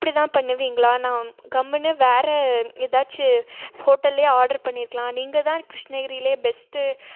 இப்படி தான் பண்ணுவிங்களா நான் கம்முன்னு வேறு எதாச்சி ஹோட்டல்லேயே ஆர்டர் பண்ணியிருக்கலாம் நீங்கள் தான் கிருஷ்ணகிரிலேயே பெஸ்ட்டு